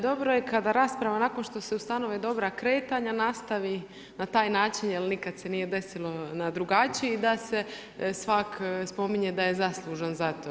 Dobro je kada rasprava nakon što se ustanove dobra kretanja nastavi na taj način jer nikada se nije desilo na drugačiji da se svatko spominje da je zaslužan za to.